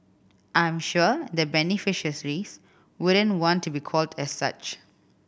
I am sure the beneficial raise wouldn't want to be called as such